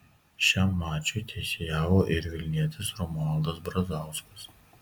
šiam mačui teisėjavo ir vilnietis romualdas brazauskas